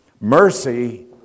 Mercy